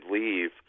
leave